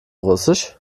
russisch